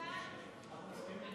אני משיב כאן